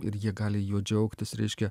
ir jie gali juo džiaugtis reiškia